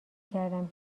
کردم